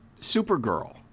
Supergirl